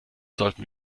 sollten